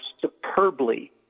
superbly